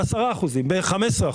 ב-10%, ב-15%.